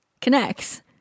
connects